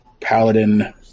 paladin